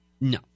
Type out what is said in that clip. No